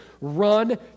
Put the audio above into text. run